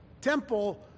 temple